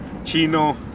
Chino